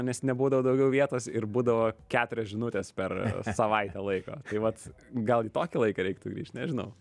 nes nebūdavo daugiau vietos ir būdavo keturias žinutes per savaitę laiko tai vat gal į tokį laiką reiktų grįžt nežinau